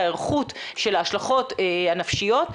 ההיערכות של ההשלכות הנפשיות,